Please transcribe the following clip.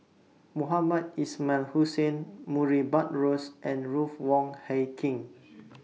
Mohamed Ismail Hussain Murray Buttrose and Ruth Wong Hie King